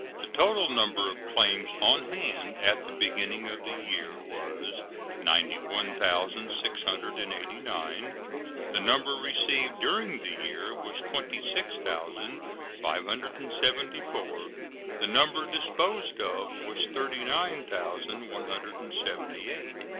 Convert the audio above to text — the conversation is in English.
the total number of claims on hand at the beginning of the year was ninety one thousand six hundred and eighty nine the number received during the year was twenty six thousand five hundred and seventy four the number disposed of was thirty nine thousand one hundred and seventy eight,